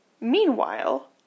Meanwhile